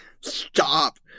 Stop